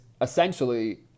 essentially